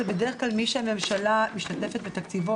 הוא בדרך כלל מי שהממשלה משתתפת בתקציבו,